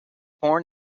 born